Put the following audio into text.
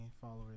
followers